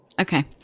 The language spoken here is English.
Okay